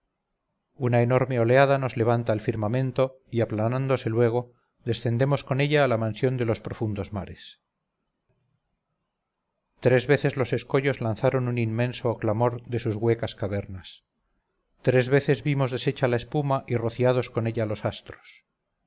una enorme oleada nos levanta al firmamento y aplanándose luego descendemos con ella a la mansión de los profundos mares tres veces los escollos lanzaron un inmenso clamor de sus huecas cavernas tres veces vimos desecha la espuma y rociados con ella los astros